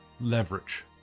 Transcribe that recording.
leverage